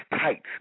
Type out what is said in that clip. tight